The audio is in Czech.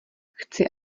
chci